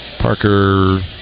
Parker